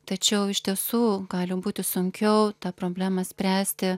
tačiau iš tiesų gali būti sunkiau tą problemą spręsti